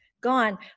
gone